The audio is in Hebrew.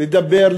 לדבר,